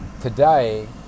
today